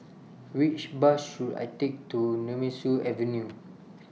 Which Bus should I Take to Nemesu Avenue